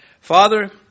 Father